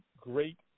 great